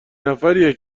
نفریه